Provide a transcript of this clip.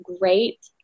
great